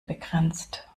begrenzt